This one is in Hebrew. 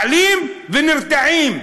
מעלים ונרתעים.